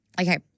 Okay